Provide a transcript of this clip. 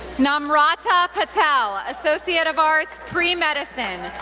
namrata patel, associate of arts, pre-medicine,